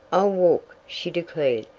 i'll walk, she declared,